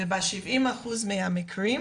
וב-70% מהמקרים